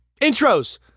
Intros